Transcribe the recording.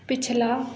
पिछला